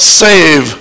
save